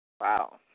Wow